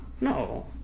No